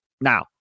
Now